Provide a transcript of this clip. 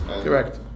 Correct